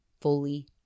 fully